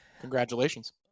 Congratulations